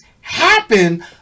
happen